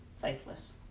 faithless